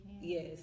Yes